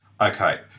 Okay